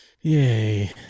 Yay